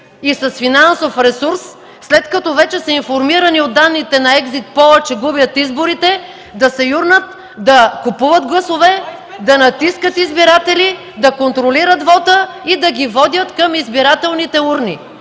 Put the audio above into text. и с финансов ресурс, след като вече са информирани от данните на екзит пола, че губят изборите, да се юрнат да купуват гласове, да натискат избиратели, да контролират вота и да ги водят към избирателните урни.